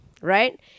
right